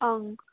ꯑꯪ